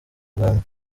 bwangu